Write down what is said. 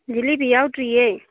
jalebi ꯌꯥꯎꯗ꯭ꯔꯤꯌꯦ